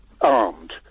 armed